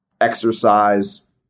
exercise